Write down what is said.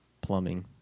plumbing